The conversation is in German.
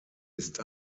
ist